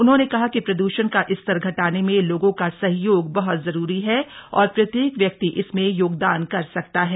उन्होंने कहा कि प्रद्षण का स्तर घटाने में लोगों का सहयोग बहत जरूरी है और प्रत्येक व्यक्ति इसमें योगदान कर सकता है